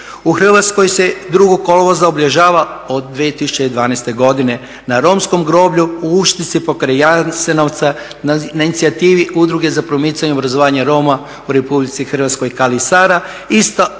U Hrvatskoj se 2. kolovoza obilježava od 2012. godine na romskom groblju u Uštici pokraj Jasenovca na inicijativi udruge za promicanje obrazovanja Roma u Republici Hrvatskoj Kalisara. Ista udruga